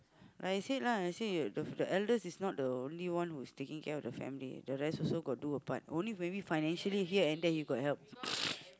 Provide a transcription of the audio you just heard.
like I said lah I say the eldest is not only one who is taking care of the family the rest also got do a part only maybe financially here and there you got help